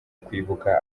kwibuka